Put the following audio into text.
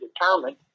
determined